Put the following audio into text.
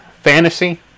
fantasy